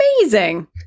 Amazing